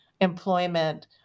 employment